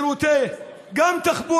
גם שירותי תחבורה.